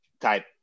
type